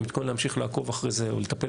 אני מתכונן להמשיך לעקוב אחרי זה ולטפל